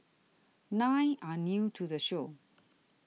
nine are new to the show